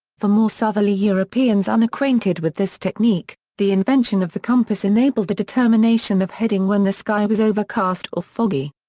for more southerly europeans unacquainted with this technique, the invention of the compass enabled the determination of heading when the sky was overcast or foggy.